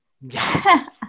Yes